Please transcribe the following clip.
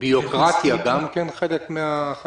-- בירוקרטיה היא גם כן חלק מהחגיגה?